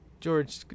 George